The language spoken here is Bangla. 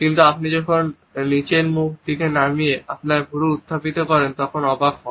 কিন্তু আপনি যখন আপনার মুখ নিচে নামিয়ে এবং আপনার ভ্রু উত্থাপিত তখন অবাক হয়